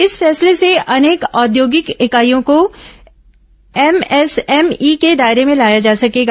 इस फैसले से अनेक औद्योगिक इकाईयों को एमएसएमई के दायरे में लाया जा सकेगा